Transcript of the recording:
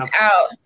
out